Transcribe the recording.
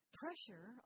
pressure